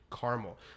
caramel